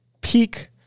peak